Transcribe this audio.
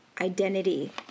identity